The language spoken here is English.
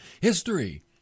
History